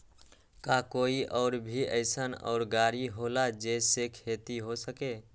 का कोई और भी अइसन और गाड़ी होला जे से खेती हो सके?